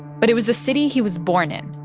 but it was the city he was born in,